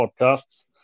podcasts